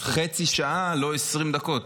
חצי שעה, לא 20 דקות.